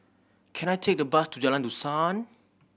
can I take a bus to Jalan Dusan